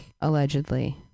allegedly